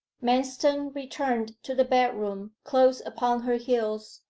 manston returned to the bedroom close upon her heels,